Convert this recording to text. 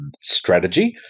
strategy